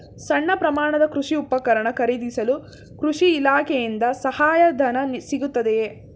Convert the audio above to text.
ಸಣ್ಣ ಪ್ರಮಾಣದ ಕೃಷಿ ಉಪಕರಣ ಖರೀದಿಸಲು ಕೃಷಿ ಇಲಾಖೆಯಿಂದ ಸಹಾಯಧನ ಸಿಗುತ್ತದೆಯೇ?